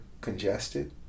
congested